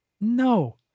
No